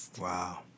Wow